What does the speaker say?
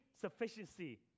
sufficiency